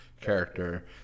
character